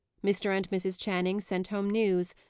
mr. and mrs. channing sent home news,